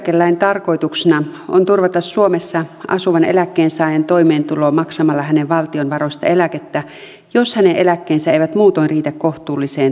takuueläkelain tarkoituksena on turvata suomessa asuvan eläkkeensaajan toimeentulo maksamalla valtion varoista eläkettä jos hänen eläkkeensä eivät muutoin riitä kohtuulliseen toimeentuloon